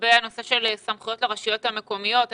לגבי הנושא של סמכויות הרשויות המקומיות.